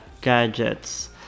gadgets